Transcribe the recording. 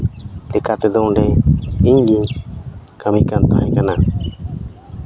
ᱞᱮᱠᱟ ᱛᱮᱫᱚ ᱤᱧᱜᱮ ᱠᱟᱹᱢᱤ ᱠᱟᱱ ᱛᱟᱦᱮᱸᱫ ᱠᱟᱱᱟ